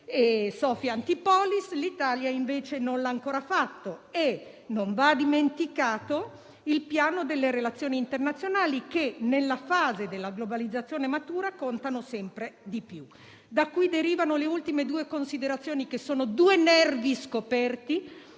mentre l'Italia non l'ha ancora fatto. Non va dimenticato il piano delle relazioni internazionali che, nella fase della globalizzazione matura, contano sempre di più. Da qui derivano le ultime due considerazioni, che sono due nervi scoperti.